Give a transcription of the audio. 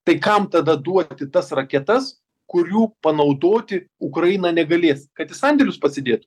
tai kam tada duoti tas raketas kurių panaudoti ukraina negalės kad į sandėlius pasidėtų